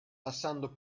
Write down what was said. passando